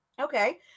Okay